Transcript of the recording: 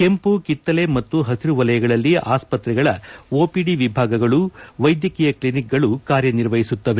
ಕೆಂಮ ಕಿತ್ತಳೆ ಮತ್ತು ಹಸಿರು ವಲಯಗಳಲ್ಲಿ ಆಸ್ತ್ರೆಗಳ ಓಪಿಡಿ ವಿಭಾಗಗಳು ವೈದ್ಯಕೀಯ ಕ್ಷಿನಿಕ್ಗಳು ಕಾರ್ಯನಿರ್ವಹಿಸುತ್ತವೆ